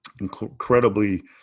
incredibly